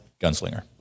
Gunslinger